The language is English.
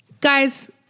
Guys